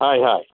हय हय